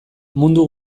mundu